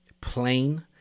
plain